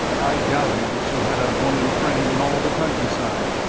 i doubted if she had a woman friend in all the countryside.